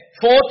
Fourth